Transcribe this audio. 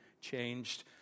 changed